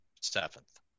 seventh